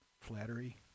Flattery